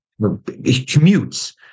commutes